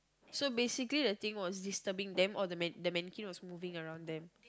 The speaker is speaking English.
so basically the thing was disturbing them or the man~ the mannequin was moving around them